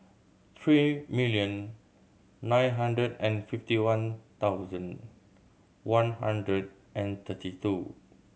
three million nine hundred and fifty one thousand one hundred and thirty two